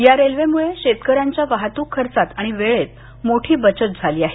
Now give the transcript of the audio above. या रेल्वेमुळं शेतकऱ्यांच्या वाहतूक खर्चात आणि वेळेत मोठी बचत झाली आहे